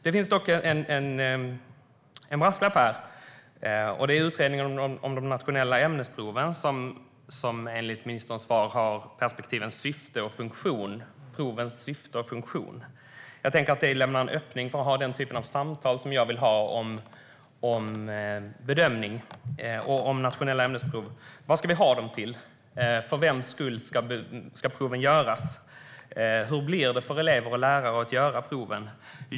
Det finns dock en brasklapp, och det är utredningen om de nationella ämnesproven, som enligt ministerns svar har provens syfte och funktion som perspektiv. Jag tänker att det lämnar en öppning för att ha den typ av samtal som jag vill ha om bedömning och nationella ämnesprov. Vad ska vi ha dem till? För vems skull ska proven göras? Hur blir det för elever och lärare att göra proven?